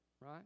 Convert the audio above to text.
right